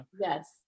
Yes